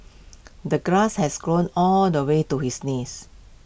the grass has grown all the way to his knees